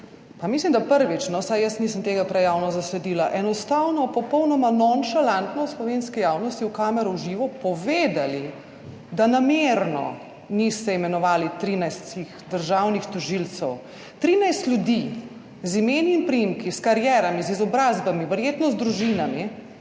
mislim, da prvič, saj jaz nisem tega prej javno zasledila, enostavno popolnoma nonšalantno slovenski javnosti v kamero v živo povedali, da namerno niste imenovali trinajstih državnih tožilcev, trinajst ljudi z imeni in priimki, s karierami, z izobrazbami, verjetno z družinami,